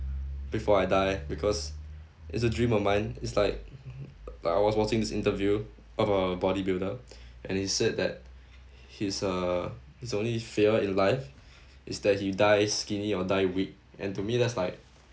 before I die because it's a dream of mine it's like I was watching this interview about a bodybuilder and he said that his uh his only fear in life is that he dies skinny or die weak and to me that's like